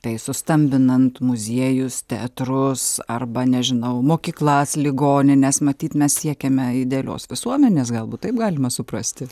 tai sustambinant muziejus teatrus arba nežinau mokyklas ligonines matyt mes siekiame idealios visuomenės galbūt taip galima suprasti